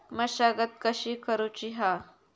मशागत कशी करूची हा?